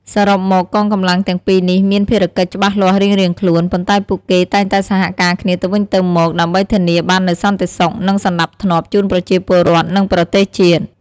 សរុបមក កងកម្លាំងទាំងពីរនេះមានភារកិច្ចច្បាស់លាស់រៀងៗខ្លួន ប៉ុន្តែពួកគេតែងតែសហការគ្នាទៅវិញទៅមកដើម្បីធានាបាននូវសន្តិសុខ និងសណ្តាប់ធ្នាប់ជូនប្រជាពលរដ្ឋ និងប្រទេសជាតិ។